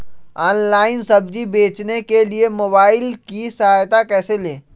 Online सब्जी बेचने के लिए मोबाईल की सहायता कैसे ले?